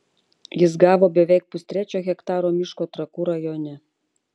jis gavo beveik pustrečio hektaro miško trakų rajone